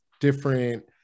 different